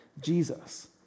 jesus